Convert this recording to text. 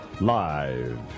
Live